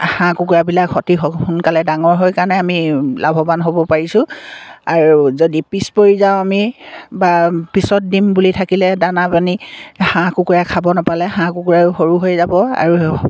হাঁহ কুকুৰাবিলাক অতি সোনকালে ডাঙৰ হয় কাৰণে আমি লাভৱান হ'ব পাৰিছোঁ আৰু যদি পিছপৰি যাওঁ আমি বা পিছত দিম বুলি থাকিলে দানা পানী হাঁহ কুকুৰাই খাব নাপালে হাঁহ কুকুৰাও সৰু হৈ যাব আৰু